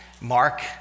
Mark